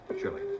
Surely